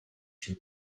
шүү